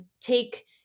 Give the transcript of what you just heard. take